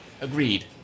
Agreed